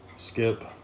Skip